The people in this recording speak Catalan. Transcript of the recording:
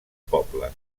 poble